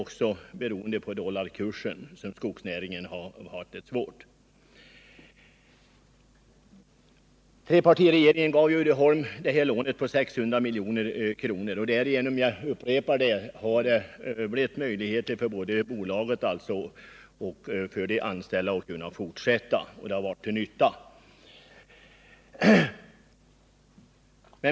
Skogsnäringens bekymmer beror också på dollarkursens utveckling. Trepartiregeringen gav Uddeholm ett lån på 600 milj.kr., och därigenom har — jag upprepar det — både bolaget och de anställda fått möjlighet till fortsatt verksamhet. Lånet har alltså varit till nytta.